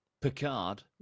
Picard